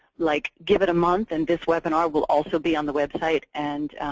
like give it a month, and this webinar will also be on the website. and